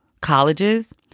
colleges